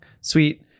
Sweet